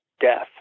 death